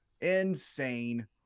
insane